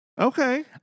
Okay